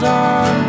on